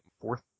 fourth